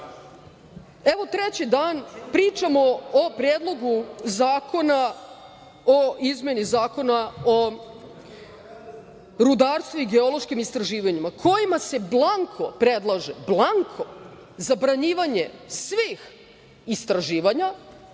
o Predlogu zakona o izmeni Zakona o rudarstvu i geološkim istraživanjima kojima se blanko predlaže, blanko, zabranjivanje svih istraživanja,